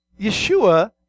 Yeshua